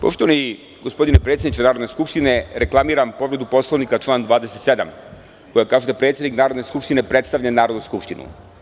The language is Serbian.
Poštovani predsedniče Narodne skupštine, reklamiram povredu Poslovnika, član 27. koja kaže da – predsednik Narodne skupštine predstavlja Narodnu skupštinu.